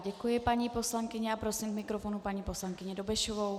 Děkuji paní poslankyni a prosím k mikrofonu paní poslankyni Dobešovou.